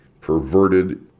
perverted